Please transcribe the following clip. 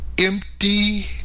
empty